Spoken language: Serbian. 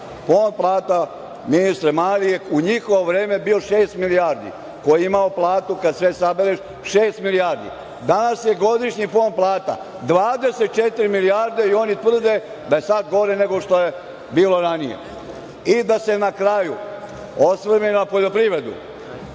Fond plata, ministre Mali, u njihovo vreme je bio šest milijardi, ko je imao platu kada sve sabereš šest milijardi. Danas je godišnji fond plata 24 milijarde i oni tvrde da je sada gore nego što je bilo ranije. Da se na kraju osvrnem na poljoprivredu.